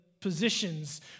positions